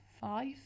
five